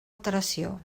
alteració